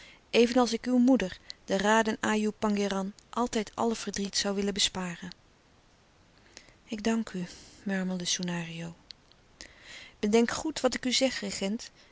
evenals ik uw moeder de raden ajoe pangéran altijd alle verdriet zoû willen besparen ik dank u murmelde soenario bedenk goed wat ik u zeg regent